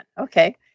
okay